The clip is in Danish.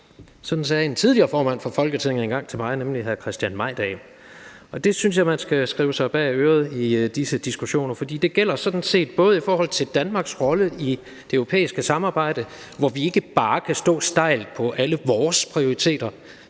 sådan sagde en tidligere formand for Folketinget engang til mig, nemlig hr. Christian Mejdahl. Og det synes jeg man skal skrive sig bag øret i disse diskussioner, for det gælder sådan set også i forhold til Danmarks rolle i det europæiske samarbejde, hvor vi ikke bare kan stå stejlt på alle vores prioriteter.